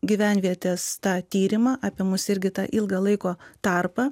gyvenvietės tą tyrimą apie mus irgi tą ilgą laiko tarpą